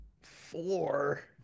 Four